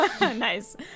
Nice